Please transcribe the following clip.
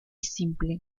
simple